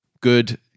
Good